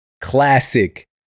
classic